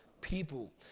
people